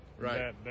Right